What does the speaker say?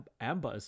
Ambas